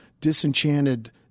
disenchanted